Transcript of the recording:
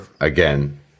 again